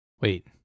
Wait